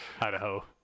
Idaho